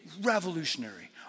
revolutionary